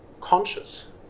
conscious